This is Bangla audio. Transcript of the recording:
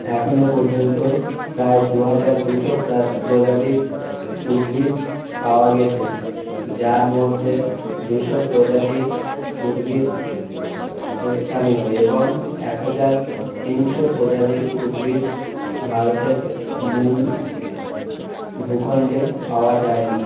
এখনো পর্যন্ত প্রায় দু হাজার দুশো প্রা প্রজাতির উদ্ভিদ পাওয়া গেছে যার মধ্যে দুশো প্রজাতির উদ্ভিদ স্থানীয় এবং এক হাজার তিনশো প্রজাতির উদ্ভিদ ভারতের মূল ভূখণ্ডে পাওয়া যায়নি